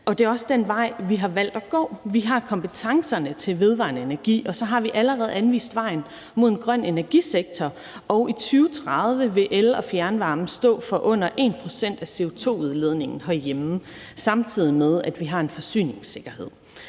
det er også den vej, vi har valgt at gå. Vi har kompetencerne til vedvarende energi, og så har vi allerede anvist vejen mod en grøn energisektor. I 2030 vil el og fjernvarme stå for under 1 pct. af CO2-udledningen herhjemme, samtidig med at vi har en forsyningssikkerhed.